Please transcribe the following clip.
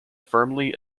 firmly